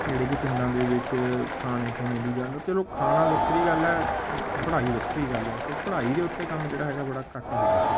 ਜਿਹੜੇ ਕਿ ਪਿੰਡਾਂ ਦੇ ਵਿੱਚ ਖਾਣੇ ਖੁਣੇ ਦੀ ਗੱਲ ਚਲੋ ਖਾਣਾ ਵੱਖਰੀ ਗੱਲ ਹੈ ਪੜ੍ਹਾਈ ਵੱਖਰੀ ਗੱਲ ਹੈ ਸੋ ਪੜ੍ਹਾਈ ਦੇ ਉੱਤੇ ਕੰਮ ਜਿਹੜਾ ਹੈਗਾ ਬੜਾ ਘੱਟ ਹੋ ਰਿਹਾ